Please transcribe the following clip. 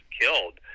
killed